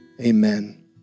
Amen